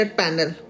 panel